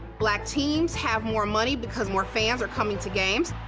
black teams have more money because more fans are coming to games.